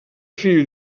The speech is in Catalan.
fill